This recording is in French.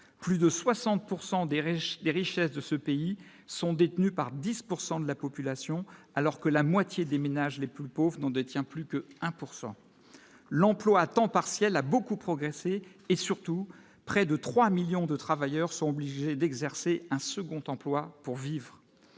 des riches, des richesses de ce pays sont détenus par 10 pourcent de la population, alors que la moitié des ménages, les poules Pauvre n'en détient plus que 1 pourcent l'emploi à temps partiel a beaucoup progressé et surtout près de 3 millions de travailleurs sont obligés d'exercer un second emploi pour vivre